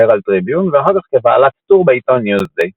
הראלד טריביון ואחר כך כבעלת טור בעיתון ניוזדיי.